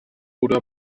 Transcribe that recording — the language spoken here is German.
oder